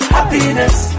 Happiness